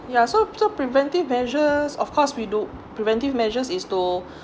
yeah so so preventive measures of course we do preventive measures is to